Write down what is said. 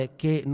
che